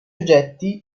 oggetti